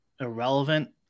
irrelevant